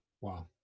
Wow